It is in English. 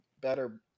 better